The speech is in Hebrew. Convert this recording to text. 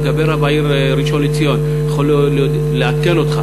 לגבי רב העיר ראשון-לציון, אני יכול לעדכן אותך: